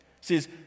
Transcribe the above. says